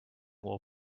will